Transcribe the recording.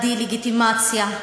הדה-לגיטימציה,